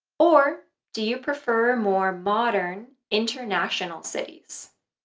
or do you prefer more modern, international cities?